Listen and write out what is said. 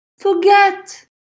Forget